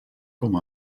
com